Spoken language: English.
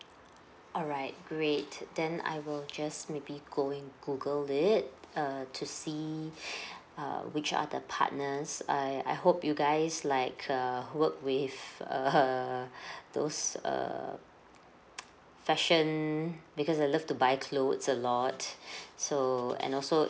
alright great then I will just maybe go and google it err to see uh which are the partners I I hope you guys like err work with err those err fashion because I love to buy clothes a lot so and also